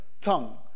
tongue